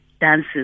dances